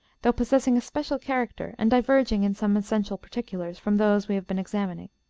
though possessing a special character, and diverging in some essential particulars from those we have been examining.